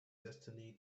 destiny